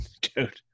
dude